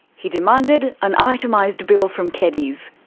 he demanded an itemised bill from keddies.